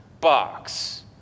box